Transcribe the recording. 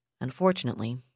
Unfortunately